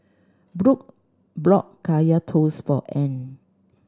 Brook Kaya Toast for Ean